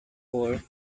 poor